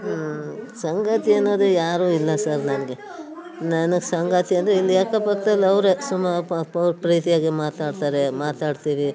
ಸಂಗಾತಿ ಅನ್ನೋದು ಯಾರು ಇಲ್ಲ ಸರ್ ನನಗೆ ನಾನು ಸಂಗಾತಿ ಅಂದರೆ ಇಲ್ಲೆಲ್ಲ ಪಕ್ಕದಲ್ಲವ್ರೇ ಸುಮಾ ಪ್ರೀತಿಯಾಗಿ ಮಾತಾಡ್ತಾರೆ ಮಾತಾಡ್ತೀವಿ